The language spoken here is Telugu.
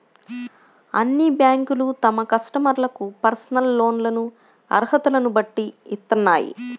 అన్ని బ్యేంకులూ తమ కస్టమర్లకు పర్సనల్ లోన్లను అర్హతలను బట్టి ఇత్తన్నాయి